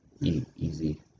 easy